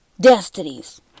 destinies